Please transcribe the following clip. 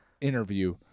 interview